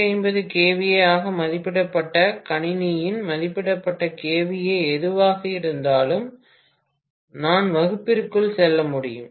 150 kVA ஆக மதிப்பிடப்பட்ட கணினியின் மதிப்பிடப்பட்ட kVA எதுவாக இருந்தாலும் நான் வகுப்பிற்குள் செல்ல முடியும்